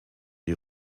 die